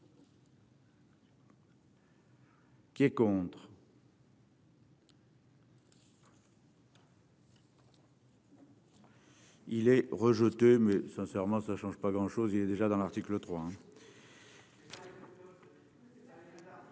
il est pour. Il est rejeté, mais sincèrement, ça ne change pas grand chose, il est déjà dans l'article 3.